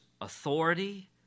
authority